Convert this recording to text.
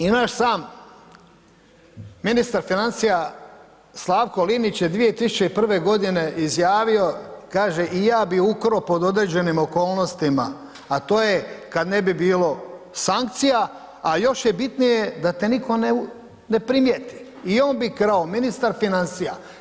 I naš sam ministar financija Slavko Linić je 2001.g. izjavio, kaže i ja bi ukro pod određenim okolnostima, a to je kad ne bi bilo sankcija, a još je bitnije da te niko ne primijeti i on bi krao, ministar financija.